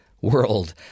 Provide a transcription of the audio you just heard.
world